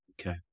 Okay